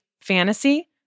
Fantasy